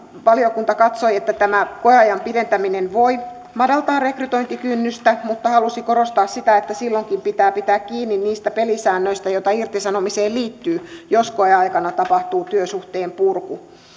valiokunta katsoi että tämä koeajan pidentäminen voi madaltaa rekrytointikynnystä mutta halusi korostaa sitä että silloinkin pitää pitää kiinni niistä pelisäännöistä joita irtisanomiseen liittyy jos koeaikana tapahtuu työsuhteen purku